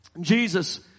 Jesus